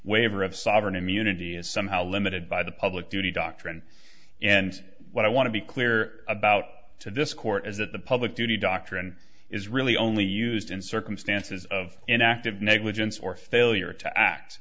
waiver of sovereign immunity is somehow limited by the public duty doctrine and what i want to be clear about to this court is that the public duty doctrine is really only used in circumstances of an act of negligence or failure to act